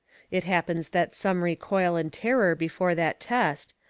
it happens that some recoil in terror before that test,